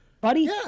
buddy